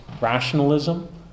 rationalism